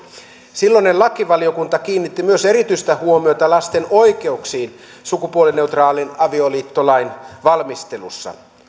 silloinen lakivaliokunta kiinnitti myös erityistä huomiota lasten oikeuksiin sukupuolineutraalin avioliittolain valmistelussa